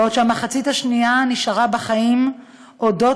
בעוד המחצית השנייה נשארה בחיים הודות